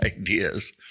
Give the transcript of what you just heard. ideas